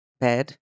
bed